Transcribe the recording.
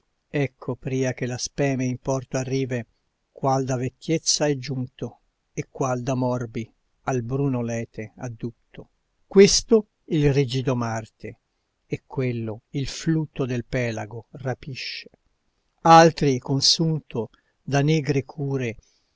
ecco pria che la speme in porto arrive qual da vecchiezza è giunto e qual da morbi al bruno lete addutto questo il rigido marte e quello il flutto del pelago rapisce altri consunto da negre cure